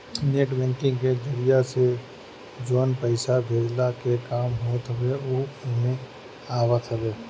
net banking के जरिया से जवन पईसा भेजला के काम होत हवे उ एमे आवत हवे